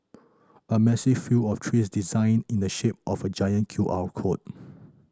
a massive field of trees designed in the shape of a giant Q R code